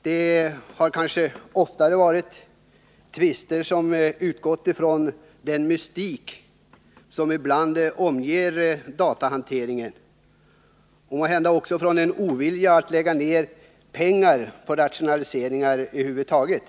Det har kanske oftare varit tvister som utgått från den mystik som ibland omger datahanteringen och måhända från en ovilja att lägga ner pengar på rationaliseringar över huvud taget.